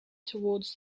towards